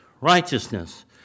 righteousness